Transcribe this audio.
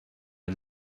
and